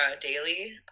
daily